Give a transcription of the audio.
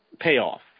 Payoff